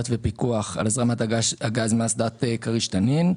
ופיקוח על הזרמת הגז מאסדת כריש-תנין.